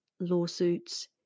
lawsuits